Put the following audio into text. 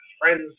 friends